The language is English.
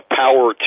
power